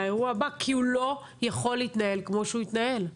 לאירוע הבא כי הוא לא יכול להתנהל כמו שהוא התנהל.